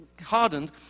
hardened